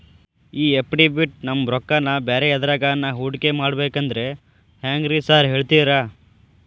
ಈ ಎಫ್.ಡಿ ಬಿಟ್ ನಮ್ ರೊಕ್ಕನಾ ಬ್ಯಾರೆ ಎದ್ರಾಗಾನ ಹೂಡಿಕೆ ಮಾಡಬೇಕಂದ್ರೆ ಹೆಂಗ್ರಿ ಸಾರ್ ಹೇಳ್ತೇರಾ?